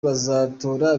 bazatora